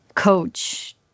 coach